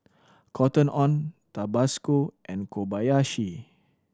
Cotton On Tabasco and Kobayashi